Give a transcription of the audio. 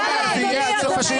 זה יהיה עד סוף השאילתות.